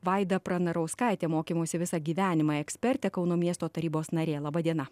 vaida pranarauskaitė mokymosi visą gyvenimą ekspertė kauno miesto tarybos narė laba diena